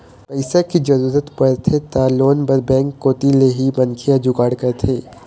पइसा के जरूरत परथे त लोन बर बेंक कोती ले ही मनखे ह जुगाड़ करथे